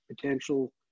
potential